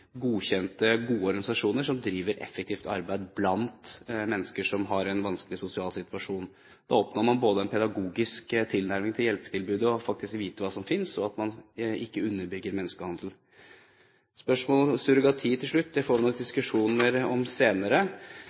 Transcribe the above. godkjente gode organisasjoner som driver effektivt arbeid blant mennesker som har en vanskelig sosial situasjon. Da oppnår man både en pedagogisk tilnærming til hjelpetilbudet og får faktisk vite hva som finnes, og underbygger ikke menneskehandel. Til slutt spørsmålet om surrogati: Det får vi nok diskusjoner om senere.